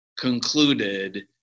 concluded